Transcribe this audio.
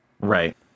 Right